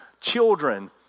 children